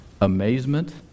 amazement